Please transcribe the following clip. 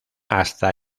hasta